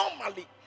normally